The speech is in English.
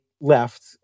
left